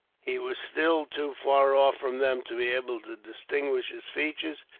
he was still too far off from them to be able to distinguish his features,